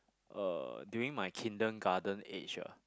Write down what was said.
uh during my kindergarten age ah